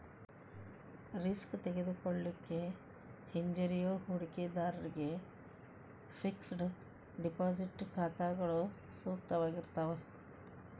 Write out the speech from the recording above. risk ತೆಗೆದುಕೊಳ್ಳಿಕ್ಕೆ ಹಿಂಜರಿಯೋ ಹೂಡಿಕಿದಾರ್ರಿಗೆ ಫಿಕ್ಸೆಡ್ ಡೆಪಾಸಿಟ್ ಖಾತಾಗಳು ಸೂಕ್ತವಾಗಿರ್ತಾವ